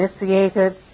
initiated